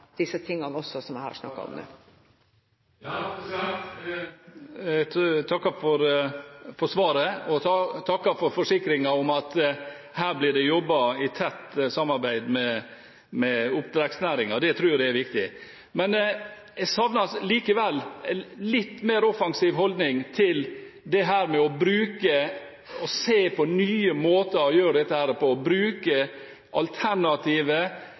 disse tingene. Jeg takker for svaret og takker for forsikringen om at her blir det jobbet i tett samarbeid med oppdrettsnæringen, og det tror jeg er viktig. Men jeg savner likevel en litt mer offensiv holdning til det å se på nye måter å gjøre dette på og bruke